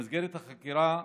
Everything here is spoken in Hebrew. במסגרת החקירה,